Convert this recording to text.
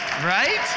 right